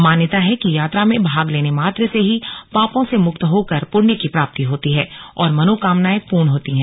मान्यता है कि यात्रा में भाग लेने मात्र से ही पापों से मुक्त होकर पुण्य की प्राप्ति होती है और मनोकामनाएं पूर्ण होती हैं